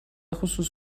خصوص